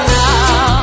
now